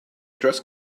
dress